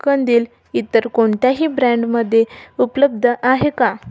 कंदील इतर कोणत्याही ब्रँडमध्ये उपलब्ध आहे का